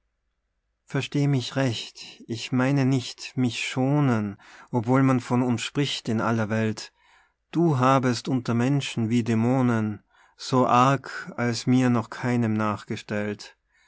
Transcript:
versteh mich recht ich meine nicht mich schonen obwohl man von uns spricht in aller welt du habest unter menschen wie dämonen so arg als mir noch keinem nachgestellt